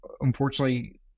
Unfortunately